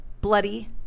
bloody